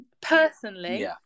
personally